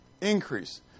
increase